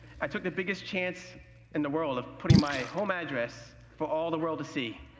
i took the biggest chance in the world of putting my home address for all the world to see,